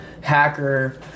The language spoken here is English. hacker